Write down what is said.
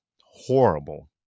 Horrible